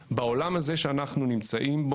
אנחנו כבר נמצאים בעולם חדש.